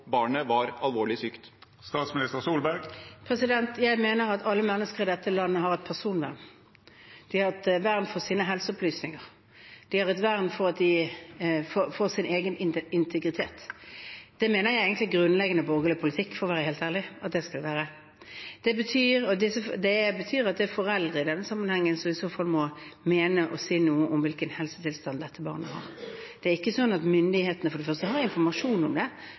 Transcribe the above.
barnet var alvorlig sykt? Jeg mener at alle mennesker i dette landet har et personvern. De har et vern for sine helseopplysninger. De har et vern for sin egen integritet. Det mener jeg egentlig er grunnleggende borgerlig politikk, for å være helt ærlig, at det skal være slik. Det betyr at det er foreldrene i denne sammenhengen som i så fall må mene og si noe om hvilken helsetilstand dette barnet har. Det er for det første ikke slik at myndighetene har informasjon om det, for helsemyndighetene vil ikke gi oss noe mer informasjon enn de gir om andre. Det